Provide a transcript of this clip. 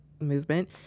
movement